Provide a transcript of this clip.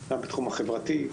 גם בתחום החברתי,